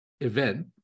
event